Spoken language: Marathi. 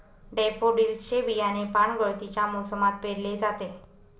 डैफोडिल्स चे बियाणे पानगळतीच्या मोसमात पेरले जाते